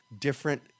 different